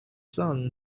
son